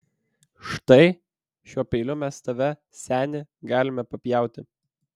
štai šiuo peiliu mes tave seni galime papjauti